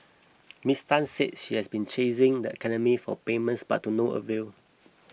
Ms Tan said she has been chasing the academy for payments but to no avail